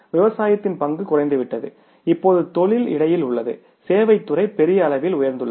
எனவே விவசாயத்தின் பங்கு குறைந்துவிட்டது இப்போது தொழில் இடையில் உள்ளது சேவைத் துறை பெரிய அளவில் உயர்ந்துள்ளது